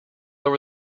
over